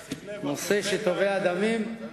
זה נושא שתובע דמים.